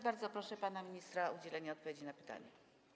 Bardzo proszę pana ministra o udzielenie odpowiedzi na pytanie.